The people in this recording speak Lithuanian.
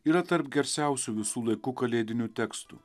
yra tarp gersiausių visų laikų kalėdinių tekstų